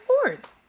sports